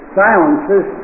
silences